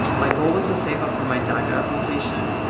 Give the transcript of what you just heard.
my goal was to save up for my daca application,